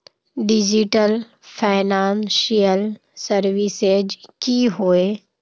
Digital financial services की होय?